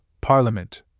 Parliament